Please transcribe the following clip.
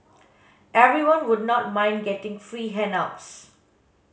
everyone would not mind getting free handouts